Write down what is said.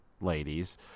ladies